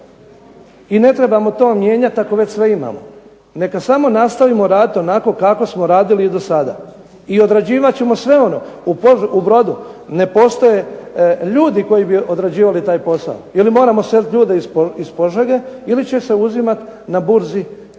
i ne trebamo to mijenjati ako već sve imamo. Neka samo nastavimo raditi onako kako smo radili i do sada i odrađivat ćemo sve ono. U Brodu ne postoje ljudi koji bi odrađivali taj posao ili moramo seliti ljude iz Požege ili će se uzimati na burzi neki